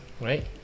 right